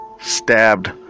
stabbed